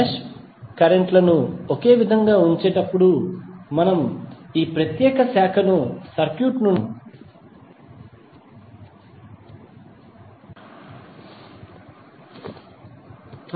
mesh కరెంట్లను ఒకే విధంగా ఉంచేటప్పుడు మనము ఈ ప్రత్యేక బ్రాంచ్ ను సర్క్యూట్ నుండి తొలగిస్తాము